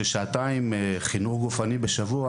ששעתיים חינוך גופני בשבוע